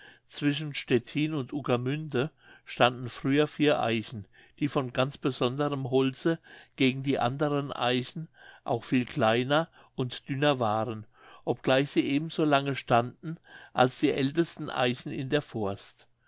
zwischen stettin und uekermünde standen früher vier eichen die von ganz besonderem holze gegen die anderen eichen auch viel kleiner und dünner waren obgleich sie eben so lange standen als die ältesten eichen in der forst